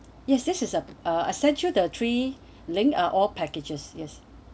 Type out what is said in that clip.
yes this is uh a central the trip linked are all packages yes